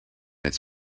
its